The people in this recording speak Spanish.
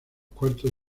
cuartos